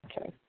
Okay